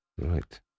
Right